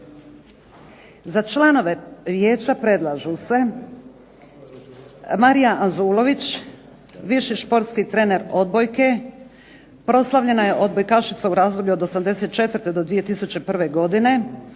Za članove Vijeća predlažu se: Marija Anzulović, viši športski trener odbojke. Proslavljena je odbojkašica u razdoblju od '84. do 2001. godine